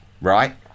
right